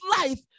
life